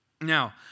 Now